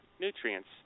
nutrients